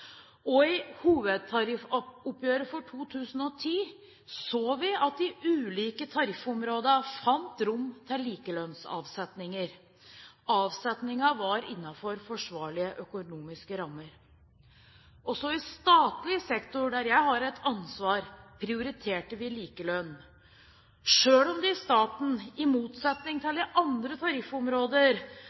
lønnsoppgjøret. I hovedtariffoppgjøret for 2010 så vi at ulike tariffområder fant rom til likelønnsavsetninger. Avsetningene var innenfor forsvarlige økonomiske rammer. Også i statlig sektor, der jeg har et ansvar, prioriterte vi likelønn. Selv om det i staten, i motsetning til i andre tariffområder,